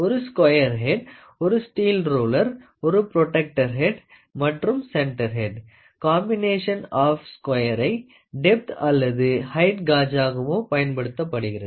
ஓரு square head ஒரு steel roller ஒரு புரோடெக்டர் ஹேட் மற்றும் சென்டர் ஹேட் காம்பினேஷன் ஆப் ஸ்குயரை டெப்த் அல்லது ஹெயிட் காஜகவோ பயன்படுத்தப்படுகிறது